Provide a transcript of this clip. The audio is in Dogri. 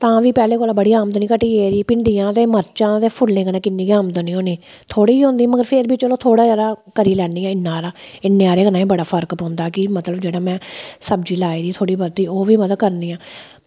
ते तां गै आमदनी बड़ी घटी गेदी ते तां गै फुल्लें कन्नै किन्नी गै आमदनी होंदी थोह्ड़ी गै होनी ते फिर बी चलो थोह्ड़ा हारा किन्ना हारा करी लैनी आं इन्ने हारे कन्नै बी बड़ा फर्क पौंदा की में सब्जी लाई दी थोह्ड़ी बहोत ओह्बी में लाई दी ऐ